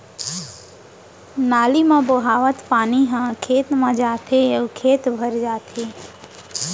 नाली म बोहावत पानी ह खेत म आथे अउ खेत म भर जाथे